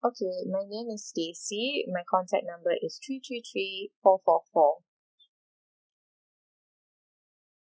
okay my name is stacy and my contact number is three three three four four four